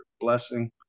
blessing